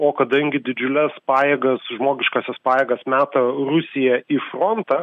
o kadangi didžiules pajėgas žmogiškąsias pajėgas meta rusija į frontą